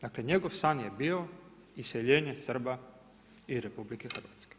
Dakle, njegov san je bio iseljenje Srba iz RH.